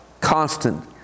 constant